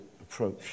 approach